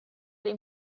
ihm